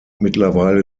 mittlerweile